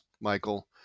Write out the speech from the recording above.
Michael